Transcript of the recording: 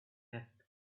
left